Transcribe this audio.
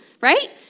right